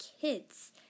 kids